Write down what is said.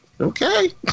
okay